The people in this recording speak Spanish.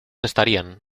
estarían